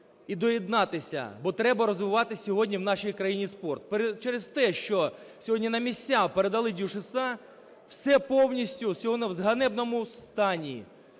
і доєднатися. Бо треба розвивати сьогодні в нашій країні спорт. Через те, що сьогодні на місця передали ДЮСШ, все повністю, все воно в ганебному стані.